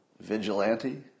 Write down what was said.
Vigilante